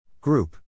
Group